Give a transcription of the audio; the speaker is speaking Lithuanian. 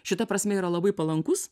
šita prasme yra labai palankus